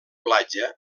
platja